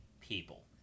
people